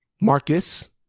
Marcus